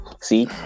See